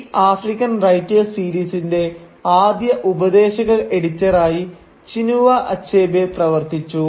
ഈ African writers സീരീസിന്റെ ആദ്യ ഉപദേശക എഡിറ്ററായി ചിനുവ അച്ഛബേ പ്രവർത്തിച്ചു